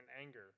anger